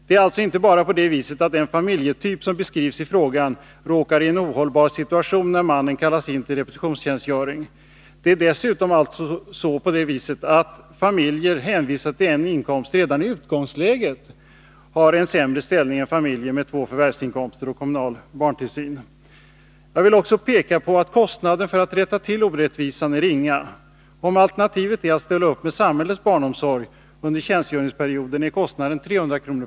Det är alltså inte bara på det viset att den familjetyp som beskrivs i frågan råkar i en ohållbar situation när mannen kallas in till repetitionstjänstgöring, utan familjer hänvisade till en inkomst har dessutom redan i utgångsläget en sämre ställning än familjer med två förvärvsinkomster och kommunal barntillsyn. Jag vill också peka på att kostnaden för att rätta till orättvisan är ringa. Om alternativet är att ställa upp med samhällets barnomsorg under tjänstgöringsperioden är kostnaden 300 kr.